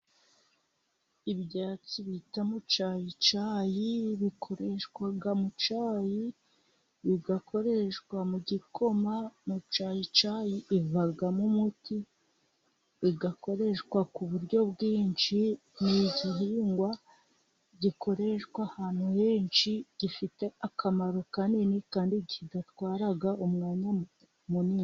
Ibyatsi bita mucyayicyayi bikoreshwa mu cyayi, bigakoreshwa mu gikoma .Mucyayicyayi ivamo umuti, igakoreshwa ku buryo bwinshi, ni igihingwa gikoreshwa ahantu henshi, gifite akamaro kanini kandi kidatwara umwanya munini.